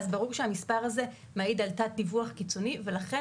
אז ברור שהמספר הזה מעיד על תת-דיווח קיצוני ולכן